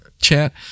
chat